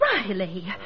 Riley